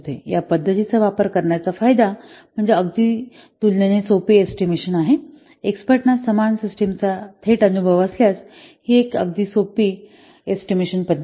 या पद्धतीचा वापर करण्याचा फायदा म्हणजे अगदी तुलनेने सोपी एस्टिमेशन आहे एक्स्पर्टना समान सिस्टमचा थेट अनुभव असल्यास ही एक अगदी तुलनेने सोपी एस्टिमेशन पद्धत आहे